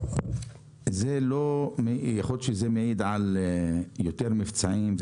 יכול להיות שזה מעיד על יותר מבצעים.